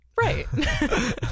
Right